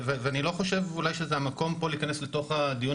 אני לא חושב שזה המקום פה להיכנס לתוך הדיון